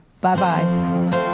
Bye-bye